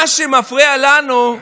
מה שמפריע לנו,